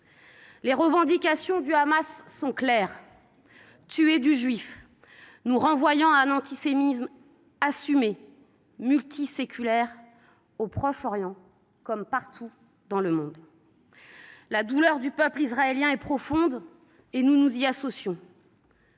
Les revendications du Hamas sont claires : tuer du Juif ! Elles nous renvoient à un antisémitisme assumé, multiséculaire au Proche Orient comme partout dans le monde. La douleur du peuple israélien est profonde ; nous nous y associons.